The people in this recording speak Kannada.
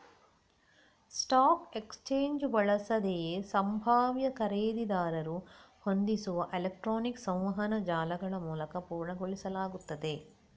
ಸ್ಟಾಕ್ ಎಕ್ಸ್ಚೇಂಜು ಬಳಸದೆಯೇ ಸಂಭಾವ್ಯ ಖರೀದಿದಾರರು ಹೊಂದಿಸುವ ಎಲೆಕ್ಟ್ರಾನಿಕ್ ಸಂವಹನ ಜಾಲಗಳಮೂಲಕ ಪೂರ್ಣಗೊಳಿಸಲಾಗುತ್ತದೆ